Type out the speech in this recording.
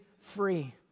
free